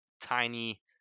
tiny